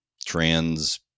trans